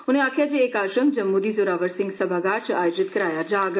उनें आक्खेआ जे एह् कार्जक्रम जम्मू दे जोरावर सिंह सभागार च आयोजित कराया जाग